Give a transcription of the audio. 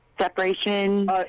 Separation